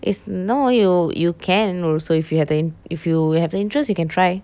it's not only you you can also if you have the int~ if you have the interest you can try